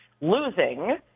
Losing